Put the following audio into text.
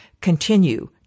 continue